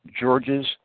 Georges